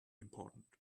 important